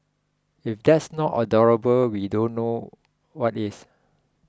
if that's not adorable we don't know what is